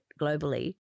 globally